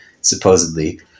supposedly